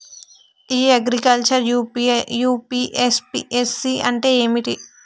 ఇ agriculture UPSC అంటే ఏమిటి?